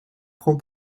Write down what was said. prend